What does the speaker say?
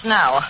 now